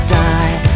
die